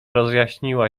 rozjaśniła